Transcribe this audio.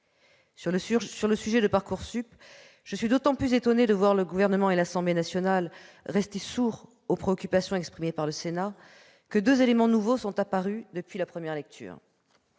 qui concerne Parcoursup, je suis d'autant plus étonnée de voir le Gouvernement et l'Assemblée nationale rester sourds aux préoccupations exprimées par le Sénat que deux éléments nouveaux sont apparus depuis la première lecture.